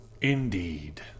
Indeed